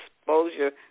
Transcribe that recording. exposure